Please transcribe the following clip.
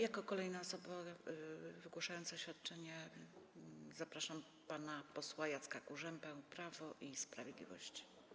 Jako kolejną osobę wygłaszającą oświadczenie zapraszam pana posła Jacka Kurzępę, Prawo i Sprawiedliwość.